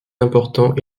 important